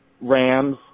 Rams